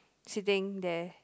sitting there